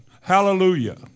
Hallelujah